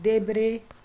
देब्रे